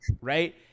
right